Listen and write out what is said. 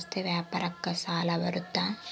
ರಸ್ತೆ ವ್ಯಾಪಾರಕ್ಕ ಸಾಲ ಬರುತ್ತಾ?